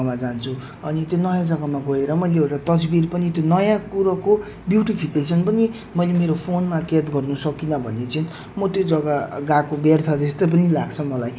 निक्ले पछि चाहिँ हामी एकदम घरको घर आउँदाखेरिको त्यो बाटोमा एकदम रमाइलो गीत गाइदेउ गीत गाउँदै आयौँ है रमाइलो गर्दै जग्गा जग्गामा फोटो